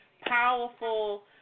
powerful